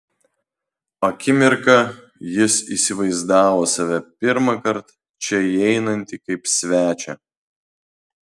akimirką jis įsivaizdavo save pirmąkart čia įeinantį kaip svečią